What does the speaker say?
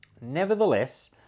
Nevertheless